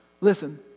Listen